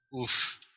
Oof